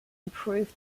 improved